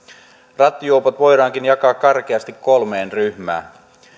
rattijuopot voidaankin jakaa karkeasti kolmeen ryhmään